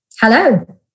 Hello